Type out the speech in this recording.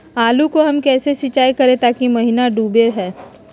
आलू को हम कैसे सिंचाई करे ताकी महिना डूबे?